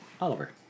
Oliver